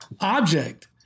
object